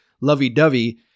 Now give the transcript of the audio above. lovey-dovey